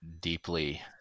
deeply